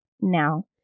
Now